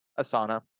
Asana